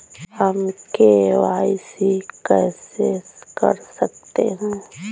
हम के.वाई.सी कैसे कर सकते हैं?